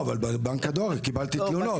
אבל בבנק הדואר קיבלתי תלונות.